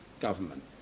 government